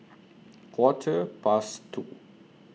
Quarter Past two